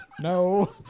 No